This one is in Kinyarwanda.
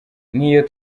n’iyo